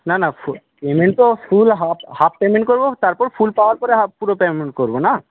না না পেমেন্ট তো ফুল হাফ হাফ পেমেন্ট করব তারপর ফুল পাওয়ার পরে হাফ পুরো পেমেন্ট করব না